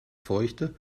feuchte